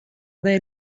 they